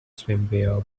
swimwear